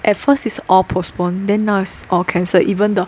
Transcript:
at first it's all postponed then now is all cancelled even the